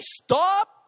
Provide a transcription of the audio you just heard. stop